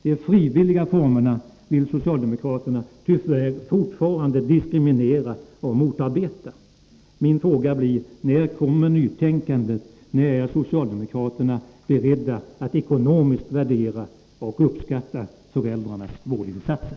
De frivilliga formerna vill socialdemokraterna tyvärr fortfarande diskriminera och motarbeta. Min fråga till socialdemokraterna blir: När kommer nytänkandet? När är ni beredda att ekonomiskt värdera och uppskatta föräldrarnas vårdinsatser?